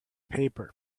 paper